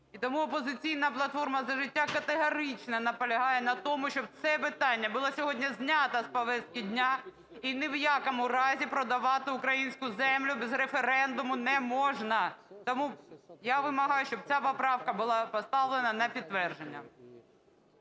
тому "Опозиційна платформа – За життя" категорично наполягає на тому, щоб це питання було сьогодні знято з повістки дня і ні в якому разі продавати українську землю без референдуму не можна. Тому я вимагаю, щоб ця поправка була поставлена на підтвердження.